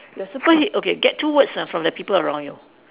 ya super he~ okay get two words ah from the people around you